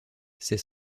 ces